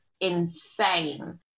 insane